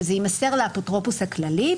שזה יימסר לאפוטרופוס הכללי,